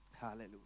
Hallelujah